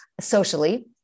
socially